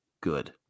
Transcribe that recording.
good